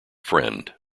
friend